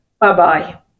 Bye-bye